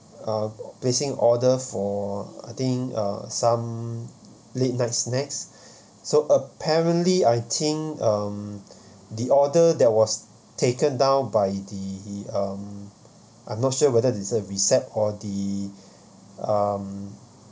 uh placing order for I think uh some late night snacks so apparently I think um the order that was taken down by the um I'm not sure whether it is a recep or the um